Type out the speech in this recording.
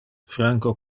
franco